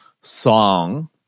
song